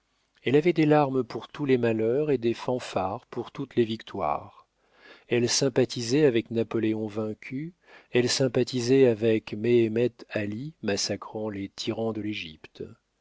elle avait des larmes pour tous les malheurs et des fanfares pour toutes les victoires elle sympathisait avec napoléon vaincu elle sympathisait avec méhémet-ali massacrant les tyrans de l'égypte